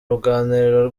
ruganiriro